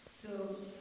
so